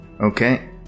Okay